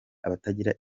abatagira